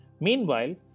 Meanwhile